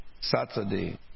Saturday